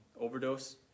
overdose